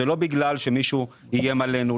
זה לא בגלל שמישהו איים עלינו,